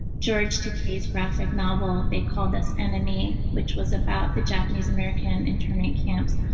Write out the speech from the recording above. george takei's graphic novel, they called us enemy, which was about the japanese american internment camps,